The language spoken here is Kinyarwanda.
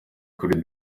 kuri